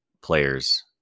players